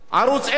ערוץ-10,